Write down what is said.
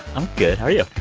i'm good. how are you?